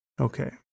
Okay